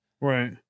Right